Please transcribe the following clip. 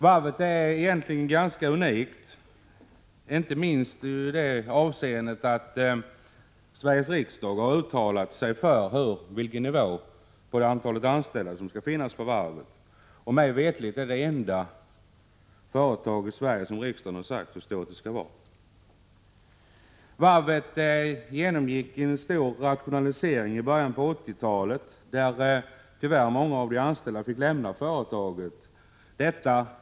Varvet är egentligen ganska unikt, inte minst i det avseendet att Sveriges riksdag har uttalat sig för hur många anställda som skall finnas på varvet. Mig veterligt är detta det enda företag i Sverige om vilket riksdagen har sagt hur stort det skall vara. Karlskronavarvet genomgick en stor rationalisering i början av 80-talet, varvid tyvärr många av de anställda fick lämna företaget.